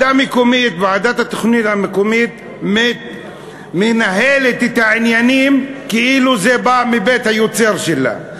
ועדת התכנון המקומית מנהלת את העניינים כאילו זה בא מבית היוצר שלה.